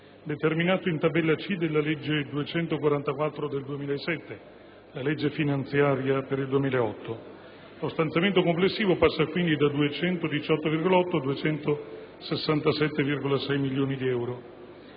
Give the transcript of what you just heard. determinato dalla tabella C della legge n. 244 del 2007 (legge finanziaria per il 2008): lo stanziamento complessivo passa quindi da 218,8 a 267,6 milioni di euro.